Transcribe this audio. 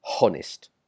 honest